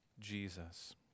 Jesus